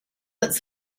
its